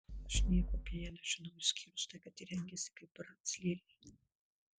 aš nieko apie ją nežinau išskyrus tai kad ji rengiasi kaip brac lėlė